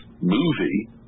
movie